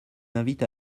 invite